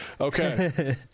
okay